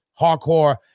hardcore